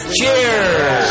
Cheers